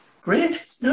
Great